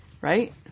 Right